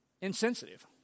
insensitive